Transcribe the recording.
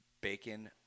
bacon